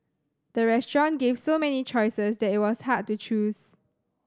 the restaurant gave so many choices that it was hard to choose